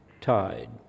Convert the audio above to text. tide